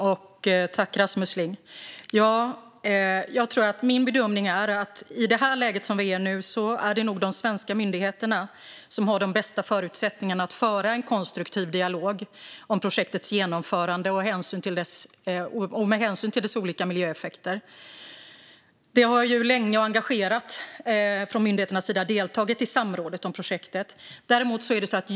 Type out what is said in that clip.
Fru talman! Min bedömning är att i läget som vi är i nu är det nog de svenska myndigheterna som har de bästa förutsättningarna att föra en konstruktiv dialog om projektets genomförande med hänsyn till dess olika miljöeffekter. Myndigheterna har ju länge och engagerat deltagit i samrådet om projektet.